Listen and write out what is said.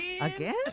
Again